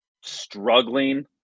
struggling